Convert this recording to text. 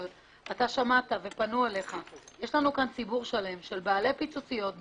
אבל אתה שמעת ופנו אליך יש לנו כאן ציבור שלם של בעלי פיצוציות,